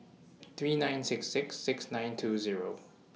three nine six six six nine two Zero